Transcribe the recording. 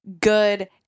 good